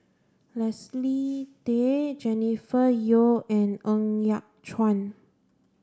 Leslie Tay Jennifer Yeo and Ng Yat Chuan